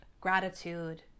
gratitude